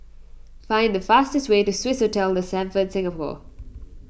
find the fastest way to Swissotel the Stamford Singapore